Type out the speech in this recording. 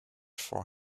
for